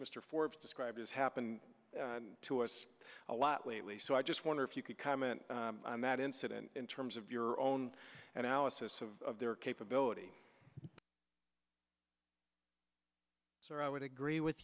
mr forbes described as happened to us a lot lately so i just wonder if you could comment on that incident in terms of your own analysis of their capability so i would agree with